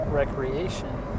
recreation